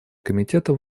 комитета